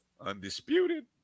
undisputed